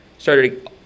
Started